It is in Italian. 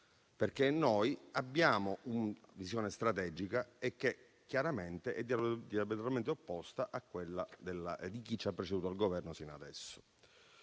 infatti una visione strategica, che chiaramente è diametralmente opposta a quella di chi ci ha preceduto al Governo fino ad ora.